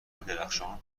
درخشان